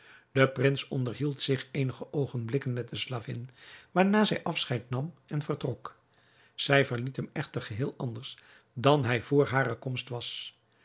de prins onderhield zich eenige oogenblikken met de slavin waarna zij afscheid nam en vertrok zij verliet hem echter geheel anders dan hij vr hare komst was